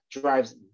drives